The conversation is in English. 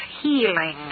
healing